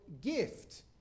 gift